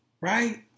right